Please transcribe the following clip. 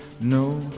no